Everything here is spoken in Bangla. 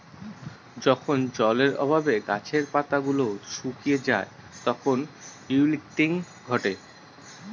যখন জলের অভাবে গাছের পাতা গুলো শুকিয়ে যায় তখন উইল্টিং ঘটে